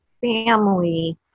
family